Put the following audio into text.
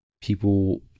People